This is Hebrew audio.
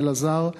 מאלעזר,